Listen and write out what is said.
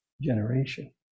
generation